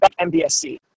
mbsc